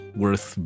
worth